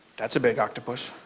that's a big octopus.